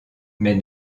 mais